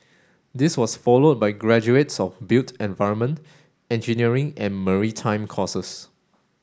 this was followed by graduates of built environment engineering and maritime courses